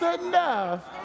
enough